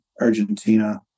Argentina